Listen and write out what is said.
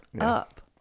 up